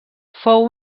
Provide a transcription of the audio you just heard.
fou